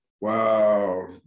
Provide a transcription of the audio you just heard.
Wow